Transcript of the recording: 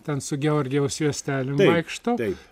ten su georgijaus juostelėm vaikšto